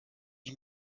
ich